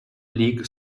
league